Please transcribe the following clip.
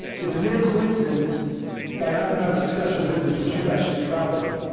it's a mere coincidence that i happen to have a successful business, which you guys should be proud of.